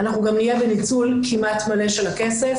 אנחנו גם נהיה בניצול כמעט מלא של הכסף,